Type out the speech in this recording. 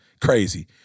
Crazy